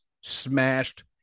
smashed